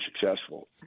successful